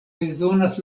bezonas